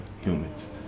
humans